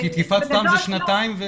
תקיפת סתם היא שנתיים.